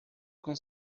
com